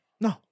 No